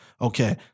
Okay